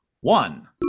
One